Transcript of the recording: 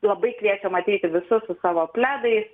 labai kviečiam ateiti visus su savo pledais